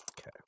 Okay